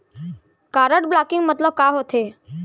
Card blocking मतलब का होथे?